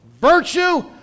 Virtue